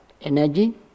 energy